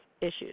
issues